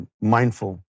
mindful